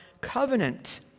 covenant